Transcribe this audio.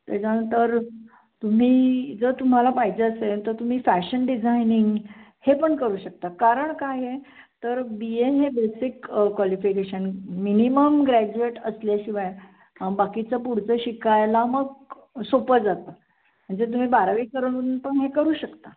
त्याच्यानंतर तुम्ही जर तुम्हाला पाहिजे असेल तर तुम्ही फॅशन डिझायनिंग हे पण करू शकता कारण काय आहे तर बी एन हे बेसिक क्वालिफिकेशन मिनिमम ग्रॅज्युएट असल्याशिवाय बाकीचं पुढचं शिकायला मग सोपं जातं म्हणजे तुम्ही बारावी करून पण हे करू शकता